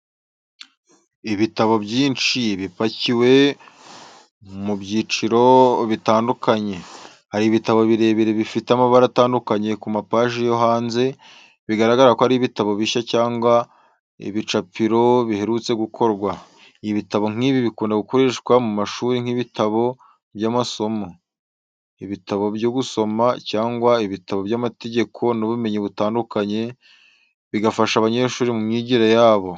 Ibitabo byinshi bipakiwe mu byiciro bitandukanye. Hari ibitabo birebire n’ibifite amabara atandukanye ku mapaji yo hanze, bigaragara ko ari ibitabo bishya cyangwa ibicapiro biherutse gukorwa. Ibitabo nk’ibi bikunda gukoreshwa mu mashuri nk’ibitabo by’amasomo, ibitabo byo gusoma, cyangwa ibitabo by’amategeko n’ubumenyi butandukanye, bigafasha abanyeshuri mu myigire yabo.